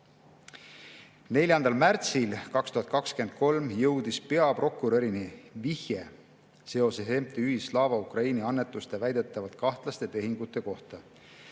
4. märtsil 2023 jõudis peaprokurörini vihje MTÜ Slava Ukraini annetuste väidetavalt kahtlaste tehingute kohta,